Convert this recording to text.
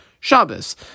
Shabbos